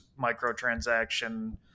microtransaction